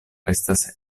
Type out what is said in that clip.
estas